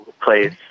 place